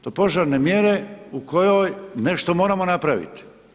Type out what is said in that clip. Do požarne mjere u kojoj nešto moramo napraviti.